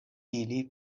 ili